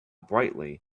brightly